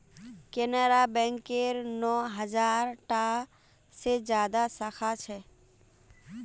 केनरा बैकेर नौ हज़ार टा से ज्यादा साखा छे